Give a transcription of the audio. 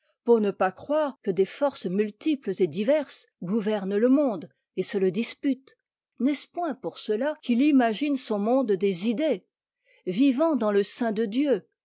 pour ne pas croire que des forces multiples et diverses gouvernent le monde et se le disputent n'est-ce point pour cela qu'il imagine son monde des idées vivant dans le sein de dieu